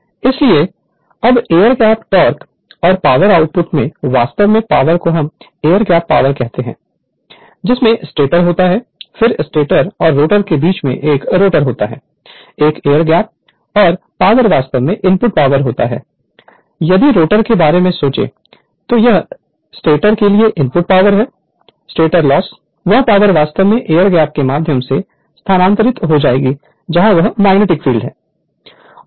Refer Slide Time 0131 इसलिए अब air gap torque और पॉवर आउटपुट में वास्तव में पावर को हम एयर गैप पावर कहते हैं जिसमें स्टेटर होता है फिर स्टेटर और रोटर के बीच में एक रोटर होता है एक गैप और पॉवर वास्तव में इनपुट पावर होता है यदि रोटर के बारे में सोचें तो यह स्टेटर के लिए इनपुट पावर है स्टेटर लॉस वह पावर वास्तव में एयर गैप के माध्यम से स्थानांतरित हो जाएगी जहां वह मैग्नेटिक फील्ड है